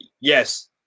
yes